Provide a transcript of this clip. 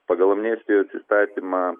pagal amnestijos įstatymą